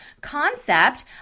concept